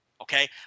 Okay